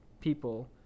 people